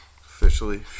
Officially